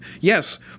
Yes